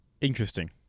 Interesting